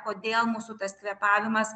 kodėl mūsų tas kvėpavimas